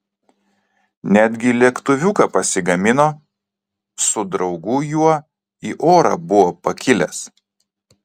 netgi lėktuviuką pasigamino su draugu juo į orą buvo pakilęs